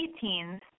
teens